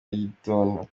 y’igituntu